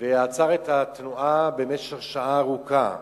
ועצר את התנועה במשך שעה ארוכה.